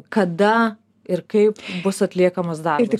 kada ir kaip bus atliekamas darbas